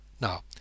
Now